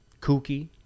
kooky